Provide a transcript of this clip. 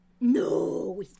no